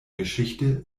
geschichte